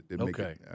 Okay